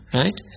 right